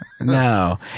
no